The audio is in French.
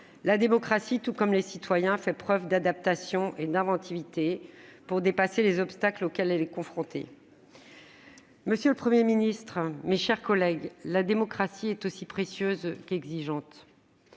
La démocratie, tout comme les citoyens, fait preuve d'adaptation et d'inventivité, pour dépasser les obstacles auxquels elle est confrontée. Monsieur le Premier ministre, mes chers collègues, la démocratie est aussi précieuse qu'exigeante.